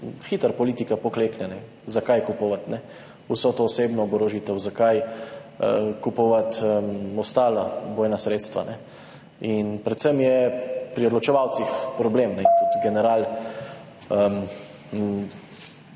hitro politika poklekne, zakaj kupovati vso to osebno oborožitev, zakaj kupovati ostala bojna sredstva. Predvsem je pri odločevalcih problem, tudi general